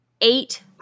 eight